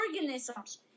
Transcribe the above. organisms